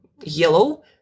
yellow